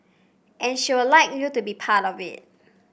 and she'd like you to be a part of it